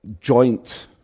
joint